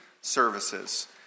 services